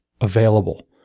available